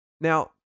Now